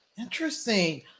Interesting